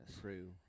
True